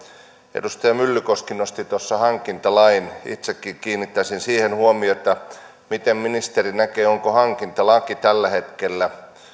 edustaja myllykoski nosti tuossa hankintalain itsekin kiinnittäisin siihen huomiota miten ministeri näkee onko hankintalaki tällä hetkellä